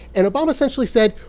and obama essentially said,